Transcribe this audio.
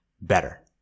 better